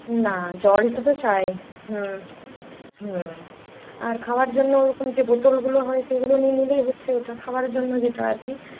না জলটা তো চাই হ্যাঁ হ্যাঁ আর খাওয়ার জন্য ওরকম যে বোতলগুলো হয় সেগুলো নিয়ে নিলেই হচ্ছে ওটা খাবারের জন্য যেটা আর কি